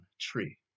tree